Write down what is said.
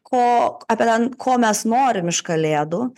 ko apie ten ko mes norim iš kalėdų